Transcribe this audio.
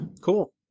Cool